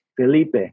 Felipe